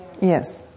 Yes